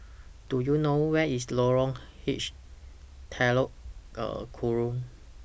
Do YOU know Where IS Lorong H Telok Kurau